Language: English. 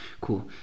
Cool